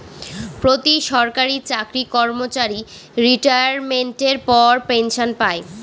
প্রতি সরকারি চাকরি কর্মচারী রিটাইরমেন্টের পর পেনসন পায়